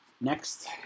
Next